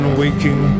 waking